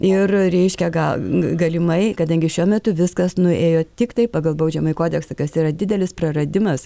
ir reiškia gal galimai kadangi šiuo metu viskas nuėjo tiktai pagal baudžiamąjį kodeksą kas yra didelis praradimas